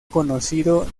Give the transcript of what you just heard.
conocido